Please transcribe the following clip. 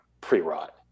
pre-rot